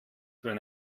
wenn